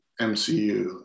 MCU